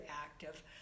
active